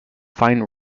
find